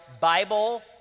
Bible